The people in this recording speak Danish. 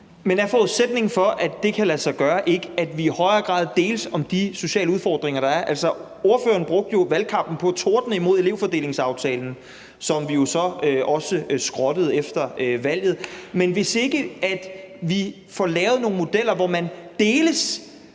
Men er forudsætningen for, at det kan lade sig gøre, ikke, at vi i højere grad deles om de sociale udfordringer, der er? Ordføreren brugte jo valgkampen på at tordne imod elevfordelingsaftalen, som vi jo så også skrottede efter valget. Men hvis vi ikke får lavet nogle modeller, hvor man deles